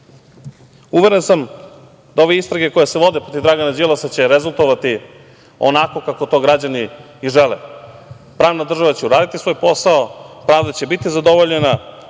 ludilo. Uveren sam da ove istrage koje se vode protiv Dragana Đilasa će rezultovati onako kako to građani i žele, pravna država će uraditi svoj posao, pravda će biti zadovoljena,